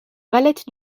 valette